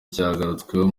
cyagarutsweho